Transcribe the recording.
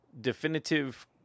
Definitive